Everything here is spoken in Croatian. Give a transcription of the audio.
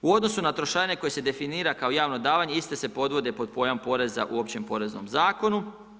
U odnosu na trošarine koje se definira kao javno davanje iste se podvode pod pojam poreza u Općem poreznom zakonu.